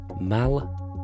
Mal